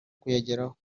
kuyageraho